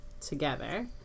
together